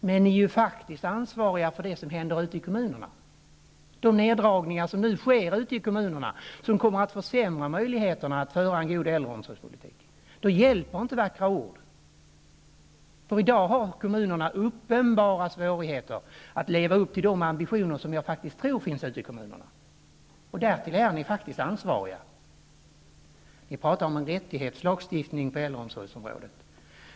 Men ni är ansvariga för det som händer ute i kommunerna, de neddragningar som nu sker, som kommer att försämra möjligheterna att föra en god äldreomsorgspolitik. Då hjälper inte vackra ord. I dag har kommunerna uppenbara svårigheter att leva upp till de ambitioner som jag tror finns där. Ni pratar om en rättighetslagstiftning på äldreomsorgsområdet.